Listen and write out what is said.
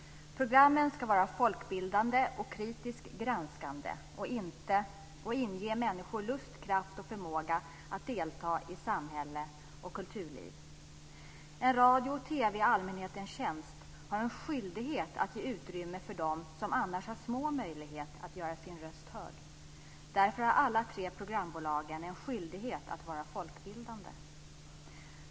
Programmen ska vara folkbildande och kritiskt granskande och inge människor lust, kraft och förmåga att delta i samhälls och kulturlivet. En radio och TV i allmänhetens tjänst har en skyldighet att ge utrymme för dem som annars har små möjligheter att göra sin röst hörd. Därför har alla tre programbolag en skyldighet att vara folkbildande.